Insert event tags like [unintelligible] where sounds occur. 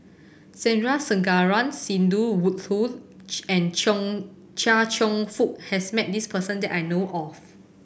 Sandrasegaran Sidney Woodhull [unintelligible] and Cheng Chia Cheong Fook has met this person that I know of